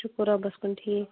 شُکُر رۅبَس کُن ٹھیٖک